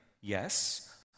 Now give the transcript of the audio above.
yes